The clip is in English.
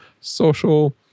social